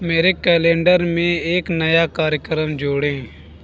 मेरे कैलेंडर में एक नया कार्यक्रम जोड़ें